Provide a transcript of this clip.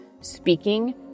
speaking